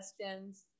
questions